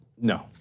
no